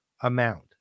amount